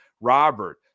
Robert